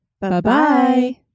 Bye-bye